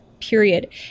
period